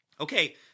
Okay